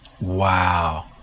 Wow